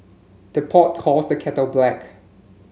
the pot calls the kettle black